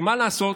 ומה לעשות,